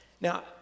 Now